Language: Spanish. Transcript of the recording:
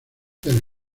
del